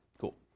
Cool